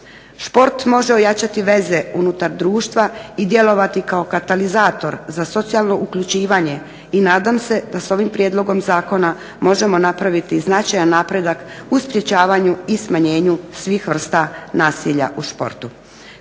Šport može ojačati veze unutar društva, i djelovati kao katalizator za socijalno uključivanje i nadam se da sa ovim prijedlogom zakona možemo napraviti značajan napredak u sprječavanju i smanjenju svih vrsta nasilja u športu.